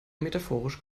metaphorisch